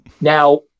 Now